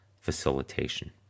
facilitation